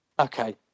Okay